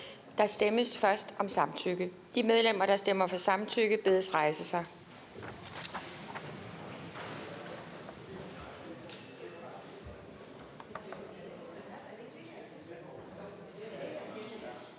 Der stemmes først om samtykke til tredje behandling. De medlemmer, der stemmer for samtykke, bedes rejse sig.